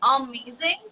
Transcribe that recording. amazing